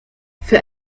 für